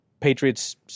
Patriots